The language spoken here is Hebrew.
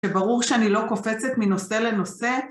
שברור שאני לא קופצת מנושא לנושא.